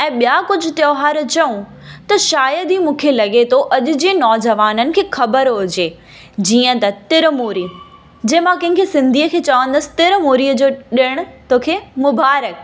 ऐं ॿिया कुझु त्योहार चऊं त शायदि ई मूंखे लॻे थो अॼु जे नौजवाननि खे ख़बर हुजे जीअं त तिरमूरी जे मां कंहिं खे सिंधीअ खे चवंदसि तिरमूरीअ जो ॾिणु तोखे मुबारक